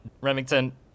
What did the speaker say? Remington